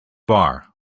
bar